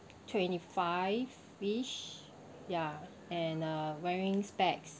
twenty five wish ya and uh wearing specs